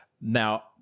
Now